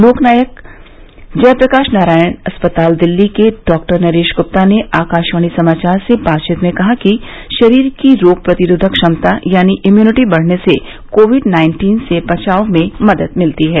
लोकनायक जयप्रकाश नारायण अस्पताल दिल्ली के डॉक्टर नरेश गुप्ता ने आकाशवाणी समाचार से बातचीत में कहा कि शरीर की रोग प्रतिरोधक क्षमता यानी इम्प्रनिटी बढ़ने से कोविड नाइन्टीन से बचाव में मदद मिलती है